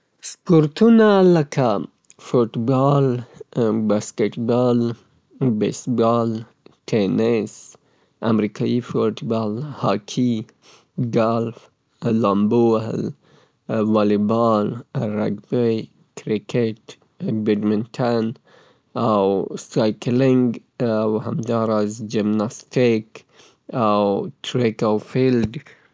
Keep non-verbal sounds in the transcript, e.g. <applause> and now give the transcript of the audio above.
د سپورټونو نومونه لکه فوټبال، باسکټبال، بیسبال، تینس، ګلف، امریکایی فوټبال، والیبال، لامبو وهل، هاکی، <hesitation> رګبي، کرکټ، جمناسټیک، سایکلنګ، سوک وهنه، کشتي، د میز ټینس، بدمنټن.